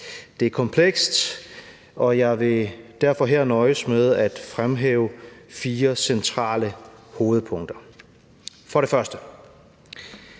Det er komplekst, og jeg vil derfor her nøjes med at fremhæve fire centrale hovedpunkter. For det første